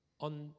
on